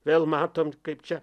vėl matom kaip čia